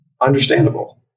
understandable